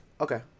Okay